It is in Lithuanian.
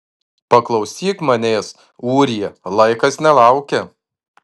paklausyk manęs ūrija laikas nelaukia